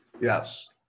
yes